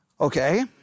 Okay